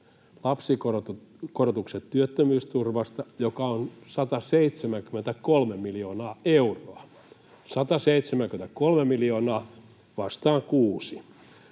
lapsikorotukset työttömyysturvasta, joka on 173 miljoonaa euroa. 173 vastaan kuusi